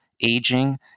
aging